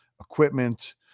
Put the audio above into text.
equipment